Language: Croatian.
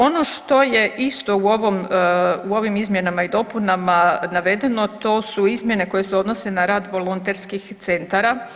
Ono što je isto u ovom, u ovim izmjenama i dopunama navedeno to su izmjene koje se odnose na rad volonterskih centara.